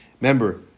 Remember